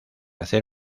hacer